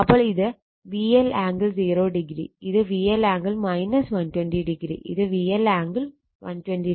അപ്പോൾ ഇത് VL angle 0o ഇത് VL ആംഗിൾ 120o ഇത് VL ആംഗിൾ 120o